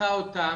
לקחה אותם,